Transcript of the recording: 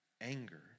Anger